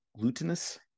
glutinous